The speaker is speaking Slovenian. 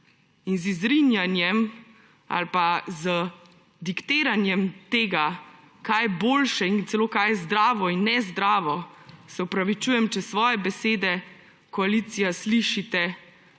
Z izrinjenjem ali z diktiranjem tega, kaj je boljše in celo kaj je zdravo in ne zdravo – se opravičujem, če svoje besede, koalicija, slišite,